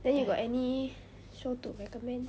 then you got any show to recommend